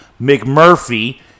McMurphy